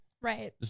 Right